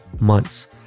months